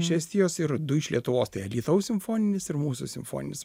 iš estijos ir du iš lietuvos tai alytaus simfoninis ir mūsų simfoninis